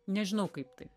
nežinau kaip tai